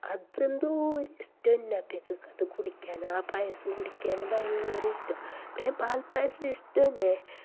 അതെന്തോ ഒരു ഇഷ്ട്ടം തന്നെ അപ്പക്കേക്ക് കുടിക്കാന് ആ പായസം കുടിക്കാന് ഭയങ്കര ഇഷ്ടമാണ് പിന്നെ പാല്പ്പായസം ഇഷ്ടം തന്നെ